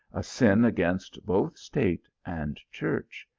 a sin against both state and church!